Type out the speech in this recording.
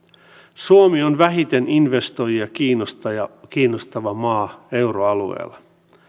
suomi on vähiten investoijia kiinnostava maa euroalueella